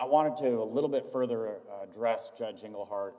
i wanted to do a little bit further address judging or heart